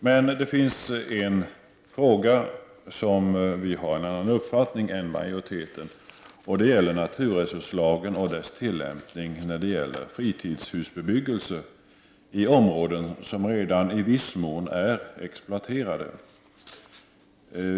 Men det finns en fråga, där vi har en annan uppfattning än majoriteten, nämligen när det gäller naturresurslagens tillämpning beträffande fritidshusbebyggelse i områden som redan i viss mån är exploaterade.